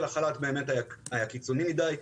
החברה להגנת הטבע באמת היה קיצוני מדי,